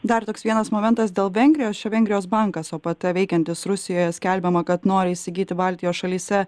dar toks vienas momentas dėl vengrijos čia vengrijos bankas opt veikiantis rusijoje skelbiama kad nori įsigyti baltijos šalyse